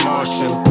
Martian